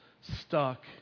stuck